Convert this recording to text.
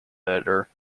editor